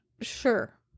Sure